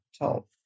top